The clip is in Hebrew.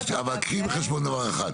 שלפחות בשלב זה --- אבל קחי בחשבון דבר אחד,